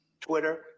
Twitter